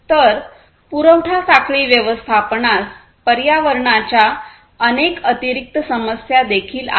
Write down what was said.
तर पुरवठा साखळी व्यवस्थापनास पर्यावरणाच्या अनेक अतिरिक्त समस्या देखील आहेत